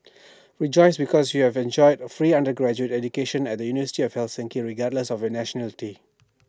rejoice because you have enjoy free undergraduate education at the university of Helsinki regardless of your nationality